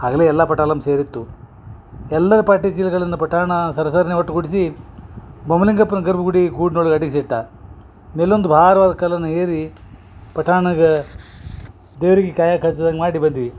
ಆಗಲೇ ಎಲ್ಲಾ ಪಟಾಲಮ್ ಸೇರಿತ್ತು ಎಲ್ಲರ ಪಾಟಿಚೀಲಗಳನ್ನ ಪಟಾಣ ಸರಸರ್ನೆ ಒಟ್ಗೂಡ್ಸಿ ಬಮ್ಮಲಿಂಗಪ್ಪನ ಗರ್ಭಗುಡಿ ಗೂಡ್ನೋಳಗ ಅಡಗಿಸಿಟ್ಟ ಮೇಲೊಂದು ಭಾರವಾದ ಕಲ್ಲನ್ನು ಏರಿ ಪಟಾಣಗ ದೇವರಿಗೆ ಮಾಡಿ ಬಂದ್ವಿ